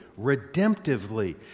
redemptively